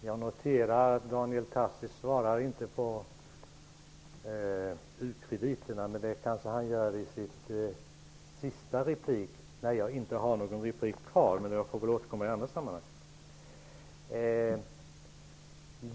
Jag noterar att Daniel Tarschys inte svarade på frågan om u-krediterna, men det kanske han gör i sin sista replik, när jag inte har någon replik kvar. Jag får väl återkomma i andra sammanhang.